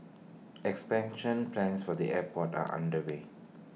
expansion plans for the airport are underway